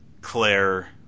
Claire